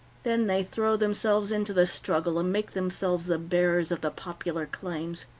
then they throw themselves into the struggle, and make themselves the bearers of the popular claims.